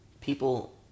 people